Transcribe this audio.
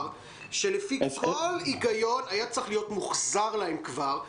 שלפי כל היגיון היה צריך להיות מוחזר להם כבר.